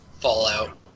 Fallout